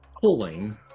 pulling